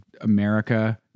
america